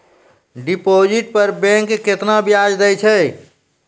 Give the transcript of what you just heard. Deposit पर bank केतना ब्याज दै छै?